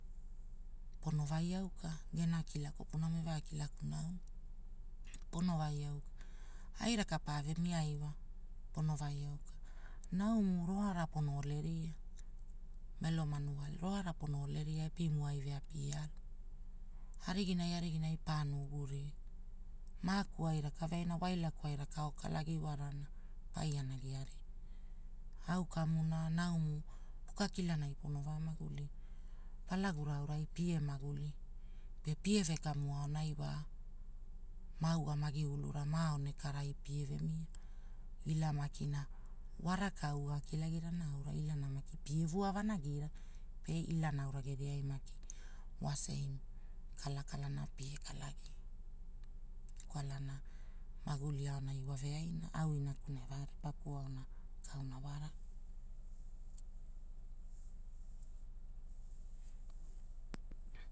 Pono vaiaaika gena kila kopunamo evakilakuna, pono vai auka. Hai raka pavemia iwa pono vai auka, naumu roara pono oleria, melo manuale roara pono ole ria epimu ai vea pia alu ariginai ariginai paono ugu ria, maaku ai rakaveaina wailakuai raka okalagi iwarana paiana giari. Au kamuna naumu, puka kilanai pono vaa magulira. palagura aorai pie maguli, pe pie vekamu aonai wa, maugamagi ilura, maao nekerai pieve mia. Ila makina waraka au gakilagirana aura makina pie vua vanagira pe ila naura geriai makina wa seim, kalakalana pie kalagia. Kwalana maguli aonai waveaina au inakuna evea ripakuo auna kauna wara